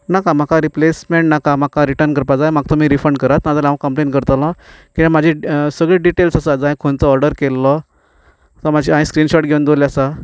नाका म्हाका रिप्लेसमँट नाका म्हाका रिटर्न करपा जाय म्हाका तुमी रिफंड करात नाजाल्यार हांव कंप्लेन करतलो कित्याक म्हजी सगळी डिटेल्स आसा जाय खंयचो ऑर्डर केल्लो तो म्हजे हांवें स्क्रिनशॉर्ट घेवन दवरिल्ले आसात